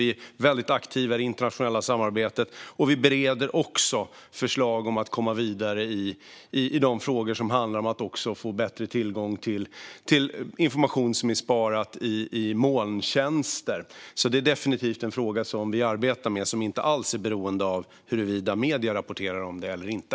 Vi är väldigt aktiva i det internationella samarbetet, och vi bereder också förslag om att komma vidare i de frågor som handlar om att få bättre tillgång till information som är sparad i molntjänster. Detta är alltså definitivt en fråga som vi arbetar med och som inte alls är beroende av huruvida medierna rapporterar om den eller inte.